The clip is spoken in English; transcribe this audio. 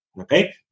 Okay